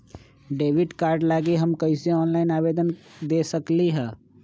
Debit card लागी हम कईसे ऑनलाइन आवेदन दे सकलि ह?